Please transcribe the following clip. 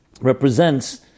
represents